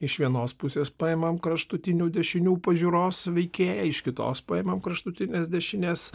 iš vienos pusės paimam kraštutinių dešinių pažiūros veikėją iš kitos paimam kraštutinės dešinės